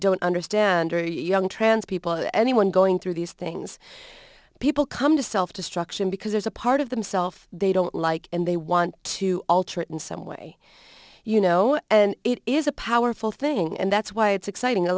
don't understand are young trans people anyone going through these things people come to self destruction because there's a part of themself they don't like and they want to alter it in some way you know and it is a powerful thing and that's why it's exciting a